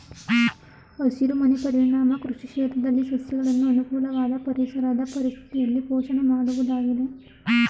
ಹಸಿರುಮನೆ ಪರಿಣಾಮ ಕೃಷಿ ಕ್ಷೇತ್ರದಲ್ಲಿ ಸಸ್ಯಗಳನ್ನು ಅನುಕೂಲವಾದ ಪರಿಸರದ ಪರಿಸ್ಥಿತಿಯಲ್ಲಿ ಪೋಷಣೆ ಮಾಡುವುದಾಗಿದೆ